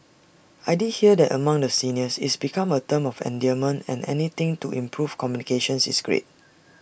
I did hear that among the seniors it's become A term of endearment and anything to improve communications is great